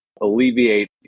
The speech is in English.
alleviate